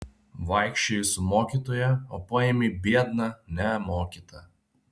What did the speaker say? vaikščiojai su mokytoja o paėmei biedną nemokytą